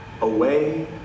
away